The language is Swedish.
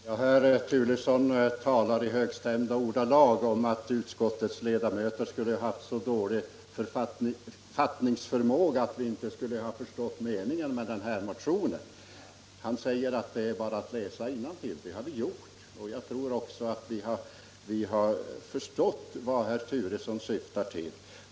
Herr talman! Herr Turesson talar i högstämda ordalag om att utskottets ledamöter skulle ha så dålig fattningsförmåga att vi inte skulle ha förstått meningen med den här motionen. Han säger att det bara är att läsa innantill. Det har vi gjort, och jag tror också att vi har förstått vad herr Turesson syftar till.